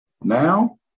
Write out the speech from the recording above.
now